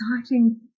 exciting